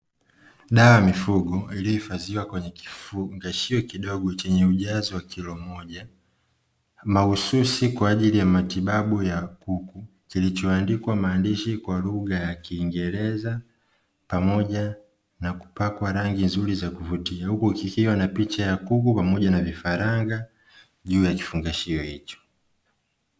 Dawa ya mifugo iliyohifadhiwa kwenye kifungashio kidogo chenye ujazo wa kilo moja, mahususi kwa ajili ya matibabu ya kuku, kilichoandikwa maandishi kwa lugha ya kiingereza pamoja na kupakwa rangi nzuri za kuvutia; huku kikiwa na picha ya kuku pamoja na vifaranga juu ya kifungashio hicho.